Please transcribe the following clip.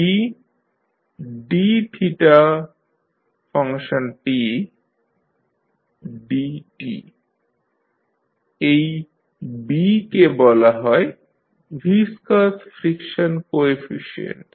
এই B কে বলা হয় ভিসকাস ফ্রিকশন কোএফিশিয়েন্ট